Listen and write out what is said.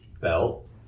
belt